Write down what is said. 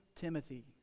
Timothy